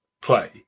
play